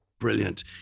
Brilliant